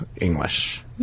English